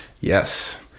Yes